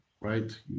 right